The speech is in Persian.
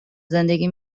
زندگی